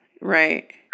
Right